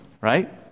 right